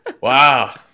Wow